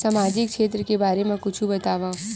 सामाजिक क्षेत्र के बारे मा कुछु बतावव?